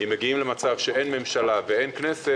אם מגיעים למצב שאין ממשלה ואין כנסת,